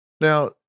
Now